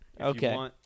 Okay